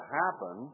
happen